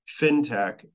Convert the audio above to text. fintech